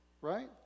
Right